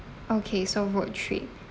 okay so road trip